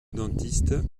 dentiste